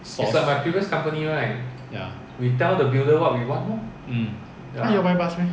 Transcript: source ya !huh! you all buy bus meh